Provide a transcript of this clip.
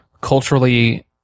culturally